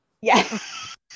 Yes